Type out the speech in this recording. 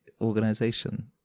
organization